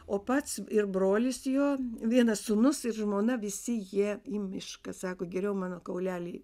o pats ir brolis jo vienas sūnus ir žmona visi jie į mišką sako geriau mano kauleliai